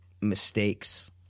mistakes